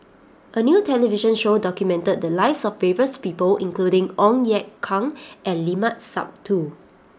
a new television show documented the lives of various people including Ong Ye Kung and Limat Sabtu